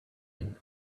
doing